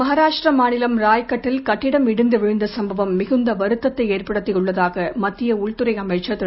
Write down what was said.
மகாராஷ்டிரா மாநிலம் ராய்கட்டில் கட்டிடம் இடிந்து விழுந்த சும்பவம் மிகுந்த வருத்ததை ஏற்படுத்தியுள்ளதாக மத்திய உள்துறை அமைச்சர் திரு